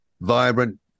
Vibrant